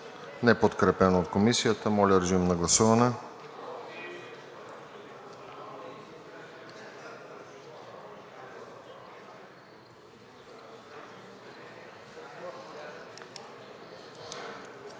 неподкрепен от Комисията. Моля, режим на гласуване.